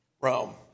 Rome